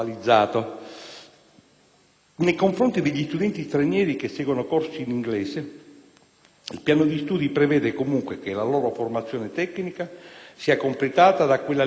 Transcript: Nei confronti degli studenti stranieri che seguono corsi in inglese, il piano di studi prevede, comunque, che la loro formazione tecnica sia completata da quella linguistica in italiano